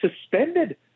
suspended